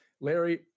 Larry